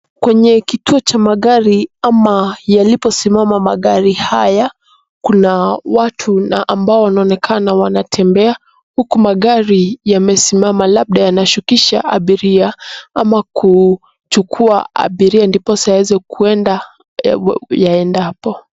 Kwenye kituo cha magari ama yaliposimama magari haya; kuna watu ambao wanaonekana wanatembea huku magari yamesimama, labda yanashukisha abiria ama kuchukua abiria ndiposa yaweze kuenda yaendapo.